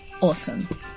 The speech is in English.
awesome